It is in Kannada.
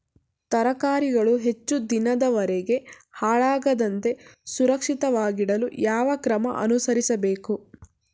ತರಕಾರಿಗಳು ಹೆಚ್ಚು ದಿನದವರೆಗೆ ಹಾಳಾಗದಂತೆ ಸುರಕ್ಷಿತವಾಗಿಡಲು ಯಾವ ಕ್ರಮ ಅನುಸರಿಸಬೇಕು?